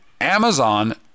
Amazon